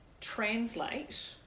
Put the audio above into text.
translate